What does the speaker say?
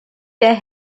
der